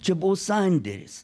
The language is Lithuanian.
čia buvo sandėris